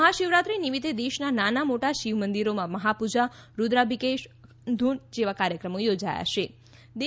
મહાશિવરાત્રી નિમિત્તે દેશના નાના મોટા શિવમંદિરોમાં મહાપૂજા રૂદ્રાભિષેક અખંડ ધૂન જેવા કાર્યક્રમો યોજાથા છે